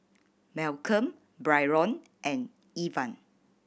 Malcolm Byron and Evan